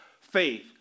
faith